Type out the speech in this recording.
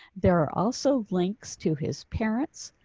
there are also links to his parents,